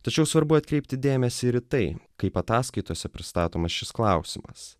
tačiau svarbu atkreipti dėmesį ir tai kaip ataskaitose pristatomas šis klausimas